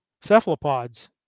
cephalopods